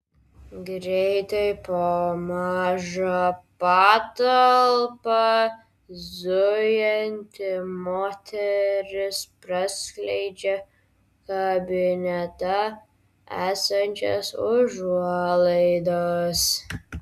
greitai po mažą patalpą zujanti moteris praskleidžia kabinete esančias užuolaidas